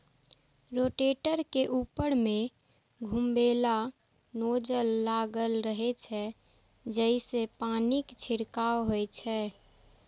rotator के ऊपर मे घुमैबला नोजल लागल रहै छै, जइसे पानिक छिड़काव होइ छै